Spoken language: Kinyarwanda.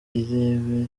irebere